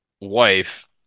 wife